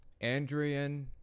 andrian